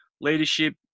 leadership